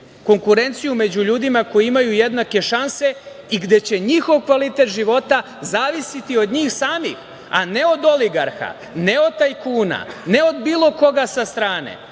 konkurenciju među ljudima koji imaju jednake šanse i gde će njihov kvalitet života zavisiti od njih samih, a ne od oligarha, ne od tajkuna, ne od bilo koga sa strane,